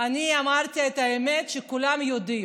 אני אמרתי את האמת שכולם יודעים.